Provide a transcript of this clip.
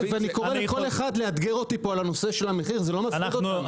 אני קורא לכל אחד לאתגר אותנו על המחיר זה לא מפחיד אותנו.